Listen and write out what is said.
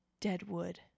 Deadwood